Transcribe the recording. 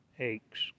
aches